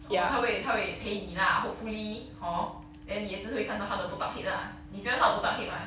orh 他会他会陪你 lah hopefully hor then 你也是会看到他的 botak head lah 你喜欢他的 botak head mah